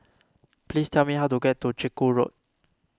please tell me how to get to Chiku Road